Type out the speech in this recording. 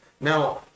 Now